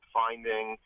finding